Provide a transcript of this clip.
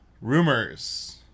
rumors